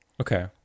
Okay